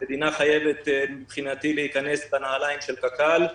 המדינה חייבת מבחינתי להיכנס בנעליים של קק"ל,